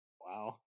Wow